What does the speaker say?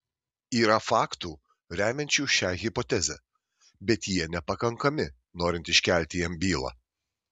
yra faktų remiančių šią hipotezę bet jie nepakankami norint iškelti jam bylą